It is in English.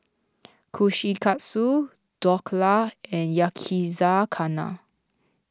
Kushikatsu Dhokla and Yakizakana